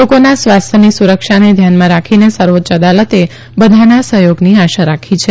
લોકોના સ્વાસ્થ્યની સુરક્ષાને ધ્યાનમાં રાખીને સર્વોચ્ય અદાલતે બધાના સહયોગની આશા રાખી છે